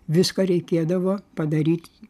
viską reikėdavo padaryt